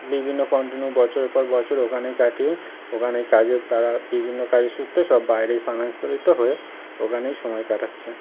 বিভিন্ন কন্টিনিউ বছরের পর বছর ওখানেই কাটিয়ে ওখানে কাজে তারা বিভিন্ন কাজের সূত্রে সব বাইয়ে স্থানান্তরিত হয়ে ওখানেই সময় কাটাচ্ছে